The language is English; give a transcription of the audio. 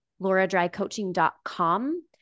lauradrycoaching.com